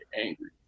angry